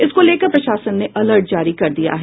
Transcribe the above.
इसको लेकर प्रशासन ने अलर्ट जारी कर दिया है